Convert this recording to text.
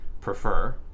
prefer